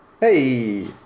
Hey